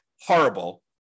horrible